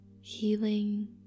healing